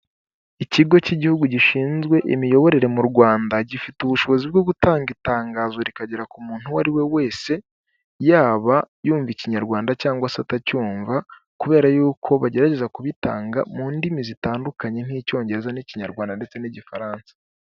Ikigo cy'igihugu gishinzwe imiyoborere mu Rwanda, gifite ubushobozi bwo gutanga itangazo rikagera ku muntu uwo ari we wese, yaba yumva ikinyarwanda cyangwa se atacyumva kubera yuko bagerageza kubitanga mu ndimi zitandukanye nk'icyongereza n'ikinyarwanda ndetse n'igifaransa.